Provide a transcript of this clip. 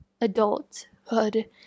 adulthood